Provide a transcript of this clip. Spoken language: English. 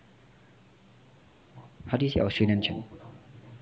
how do you say australia in chinese